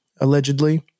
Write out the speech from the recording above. allegedly